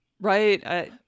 right